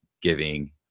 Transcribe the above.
giving